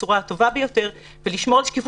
בצורה הטובה ביותר ולשמור על שקיפות,